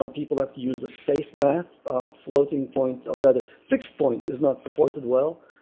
um people have to use the safe math of floating points, or rather fixed point is not supported well.